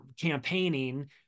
campaigning